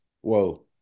whoa